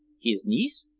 his niece?